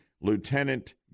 Lieutenant